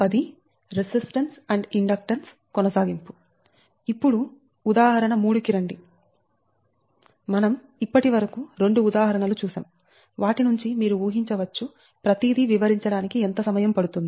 మనం ఇప్పటివరకు 2 ఉదాహరణలు చూసాము వాటి నుంచి మీరు ఊహించవచ్చు ప్రతిదీ వివరించడానికి ఎంత సమయం పడుతుందో